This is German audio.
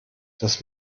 das